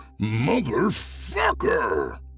Motherfucker